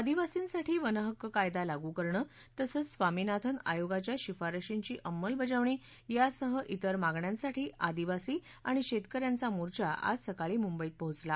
आदिवासींसाठी वन हक्क कायदा लागू करणं तसंच स्वामीनाथन आयोगाच्या शिफारशींची अंमलबजावणी यासह त्रिर मागण्यांसाठी आदिवासी आणि शेतकऱ्यांचा मोर्चा आज सकाळी मुंबईत पोचला